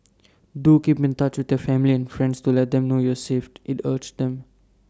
do keep in touch with the family and friends to let them know you saved IT urged them